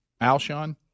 Alshon